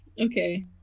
okay